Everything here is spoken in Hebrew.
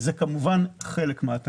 זה כמובן חלק מן התקציב,